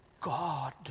God